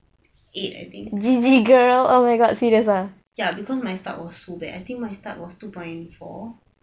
eight I think ya because my start was so bad I think my start was two point four